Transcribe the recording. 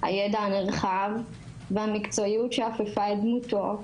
הידע הנרחב והמקצועיות שאפפה את דמותו,